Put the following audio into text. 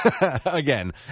again